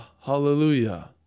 hallelujah